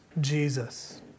Jesus